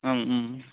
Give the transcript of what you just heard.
অঁ